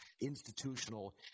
institutional